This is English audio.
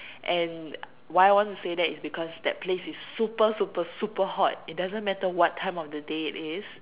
and why I want to say that is because that place is super super super hot it doesn't matter what time of the day it is